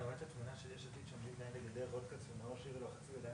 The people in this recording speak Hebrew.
נקודות שיטור ועד אחרון השוטרים,